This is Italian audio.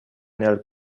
nel